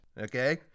Okay